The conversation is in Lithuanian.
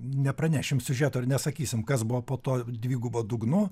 nepranešim siužeto ar nesakysim kas buvo po tuo dvigubu dugnu